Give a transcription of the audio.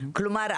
כלומר,